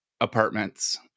apartments